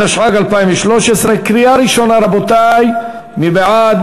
6), התשע"ג 2013, קריאה ראשונה, רבותי, מי בעד?